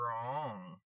strong